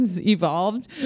evolved